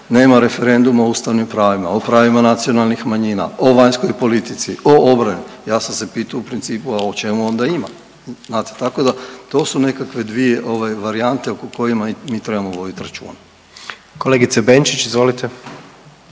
nema referenduma o ustavnim pravima, o pravima nacionalnih manjina, o vanjskoj politici, o obrani ja sam se pitao u principu, a o čemu onda ima znate, tako da to su nekakve dvije varijante o kojima i mi trebamo voditi računa. **Jandroković, Gordan